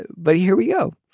but here we go.